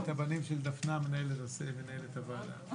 הבנים שלי -- עוד לא.